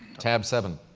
tab seven.